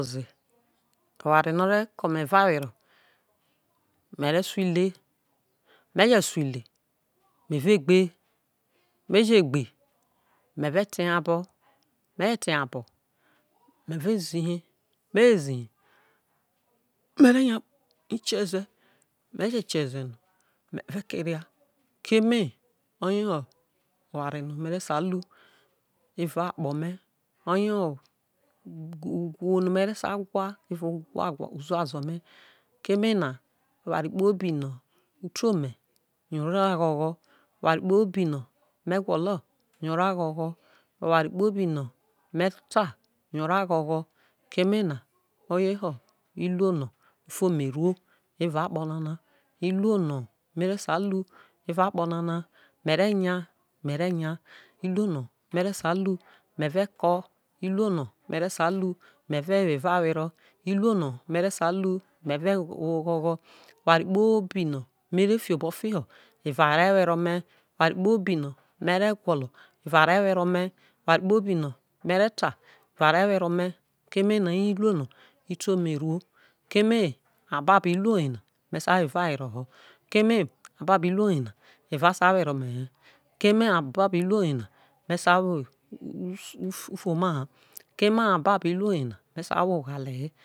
Owara no̠ o̠re̠ ke̠ ome̠ evawere mere so ile me̠ je̠ so ile ine ve gbe me je gbe me̠ ve̠ tehe abo̠ me je̠ tehe abo me ve ziye me je ziye me re nya kie̠ze̠ me je kie̠ze̠ no̠ me̠ re̠ keria keme oye ho oware no une re sai hi evao akpo̠ me̠ oye ho uwu wu no me̠ re̠ sa gwa evao uzuazo me̠ keme na oware kpobi no̠ uto me yo o̠ro̠ agho̠gho̠ oware kpobi no̠ me gwolo yo o̠ro̠ agho̠gho̠ oware kpobi no̠ me ta yo̠ o ro̠ agho̠gho̠ keme no oye no iruo no ufome eruo evao akpo̠ nana iruo no mere sai in evao akpo nana, me̠re̠ nya me̠re̠ nya erao iruo no me̠re̠ si la me̠ ve ko iruo no mere sa lu me ve wo eva wero iruo no̠ mere sa lu me ve we ogho̠gho̠, oware kpobi no̠ mere fio obo fiho evarewere ome̠, oware kpobi no̠ mere gwolo evarewere omo oware kpobi no̠ me̠ re̠ ta evare were ome̠ ke me no iruo no ite ome eruo keme ababo̠ iruo yena me̠ sai wo evawero ho keme ababo̠ iruo yena eva sai were ome̠ he keme no ababo̠ iruo ye na me sai wo ufuoma ha keme ababo iruo yena me sai wo oghale he